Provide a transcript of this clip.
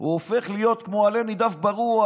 הוא הופך להיות כמו עלה נידף ברוח.